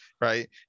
right